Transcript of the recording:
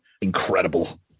Incredible